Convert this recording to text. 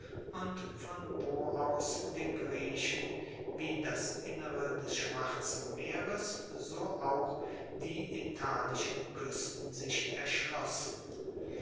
und von wo aus den griechen wie das innere des schwarzen meeres so auch die italischen kuesten sich erschlossen